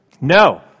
No